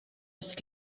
ist